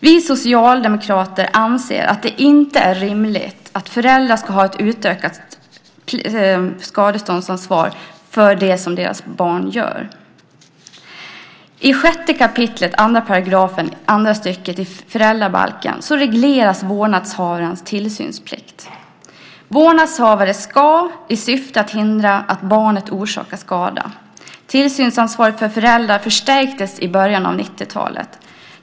Vi socialdemokrater anser att det inte är rimligt att föräldrar ska ha utökat skadståndsansvar för det som deras barn gör. I 6 kap. 2 § andra stycket i föräldrabalken regleras vårdnadshavarens tillsynsplikt i syfte att hindra att barnet orsakar skada. Tillsynsansvaret för föräldrar förstärktes i början av 90-talet.